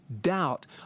doubt